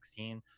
2016